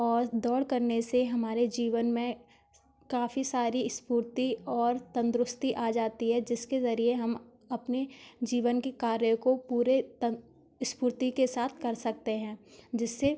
और दौड़ करने से हमारे जीवन में काफ़ी सारी स्फूर्ति और तंदुरुस्ती आ जाती है जिसके ज़रिए हम अपने जीवन की कार्य को पूरे स्फूर्ति के साथ कर सकते हैं जिससे